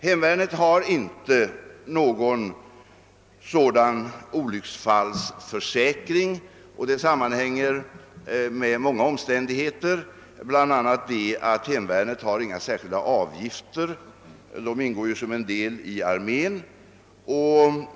Hemvärnet har inte någon sådan olycksfallsförsäkring, och det sammanhänger med många omständigheter, bl.a. den att hemvärnet inte har några särskilda medlemsavgifter, eftersom det ingår som en del i armén.